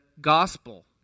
gospel